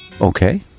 Okay